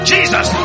Jesus